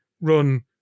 run